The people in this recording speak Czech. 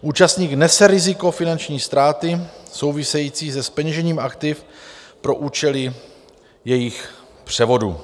Účastník nese riziko finanční ztráty související se zpeněžením aktiv pro účely jejich převodu.